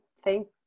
thank